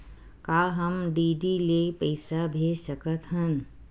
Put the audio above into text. का हम डी.डी ले पईसा भेज सकत हन?